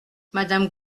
madame